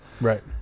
Right